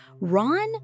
Ron